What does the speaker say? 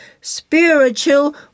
spiritual